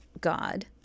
God